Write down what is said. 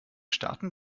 starten